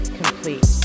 complete